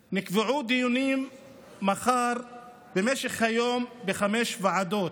מחר נקבעו דיונים במשך היום בחמש ועדות,